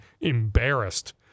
embarrassed